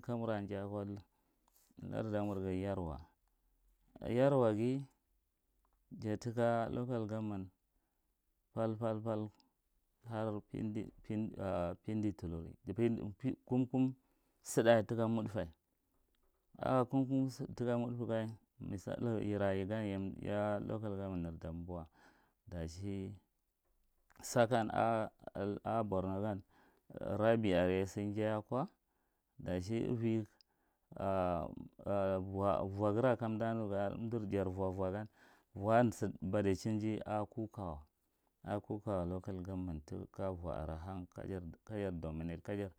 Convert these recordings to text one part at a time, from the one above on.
Kamura njai nkwa lardamur ga yarwa, yarwa ga ja taka local damman pal- pal- pal har pindi pin, kum- kum saɗd taka muɗta, a kumkun saɗa taka muɗta a kumkum saɗa taka muɗta gan mis=’sallo yara yagan ye, ya local gomman nir damboa, dachi sakan a borno gan, d- rabi areye sa injai akwa dachi avi vwa, wa gara kamda nugan vwan barichin di a kukawa, a kukawa local gamman ta ka uwa are hang kajar kajar, dominate, kajar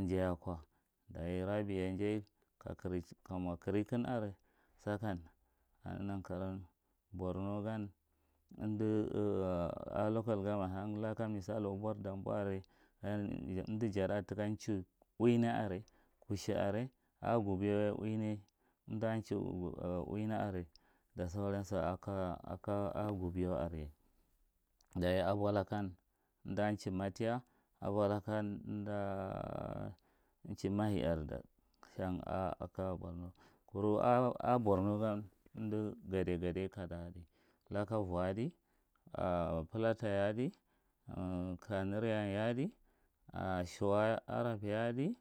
njai kwa. Dayi nabi ye ka mwa karikan are sakan, ado nankawan, borno gan amda local garman hangalaka misalo abwar damba are nan amda jadahar taka ncha uina are, kushi are, a gubiyo ye uina, amda ncha uina areda sauransu aka, akwa, a gubiyo are. Dayi abwa lakan amda nchi matiya abwa laka amda nechi mahi dar shang akwa borno. Kura a borno gan amda gade gade kada adi, laka uwa ada kanuriyan ye adi shuwa arab ye adi…